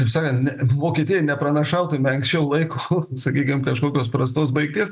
taip sakant ne vokietijai nepranašaukime anksčiau laiko sakykim kažkokios prastos baigties